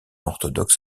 orthodoxes